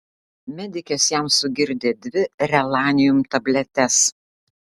medikės jam sugirdė dvi relanium tabletes